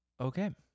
Okay